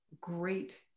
great